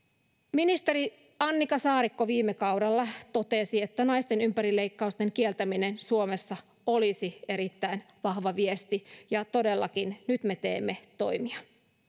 ministeri annika saarikko viime kaudella totesi että naisten ympärileikkausten kieltäminen suomessa olisi erittäin vahva viesti ja todellakin nyt me teemme toimia